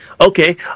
Okay